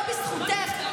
לא בזכותך,